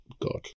God